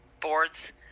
boards